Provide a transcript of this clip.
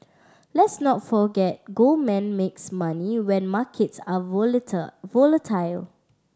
let's not forget Goldman makes money when markets are volatile